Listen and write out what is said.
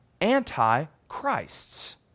anti-Christs